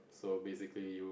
so basically you